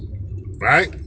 right